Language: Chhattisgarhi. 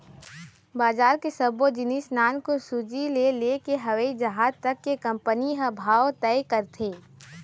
बजार के सब्बो जिनिस नानकुन सूजी ले लेके हवई जहाज तक के कंपनी ह भाव तय करथे